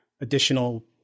additional